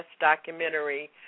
documentary